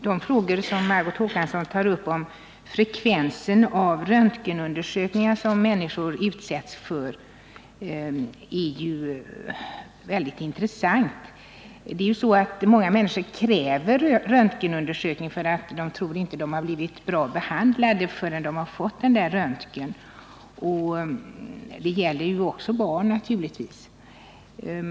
Herr talman! De frågor Margot Håkansson tar upp om frekvensen av röntgenundersökningar som människor utsätts för är väldigt intressanta. Många människor kräver röntgenundersökning — de tror inte att de blivit väl undersökta förrän de fått röntgen. Det gäller naturligtvis också barn.